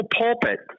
pulpit